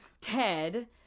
Ted